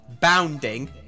bounding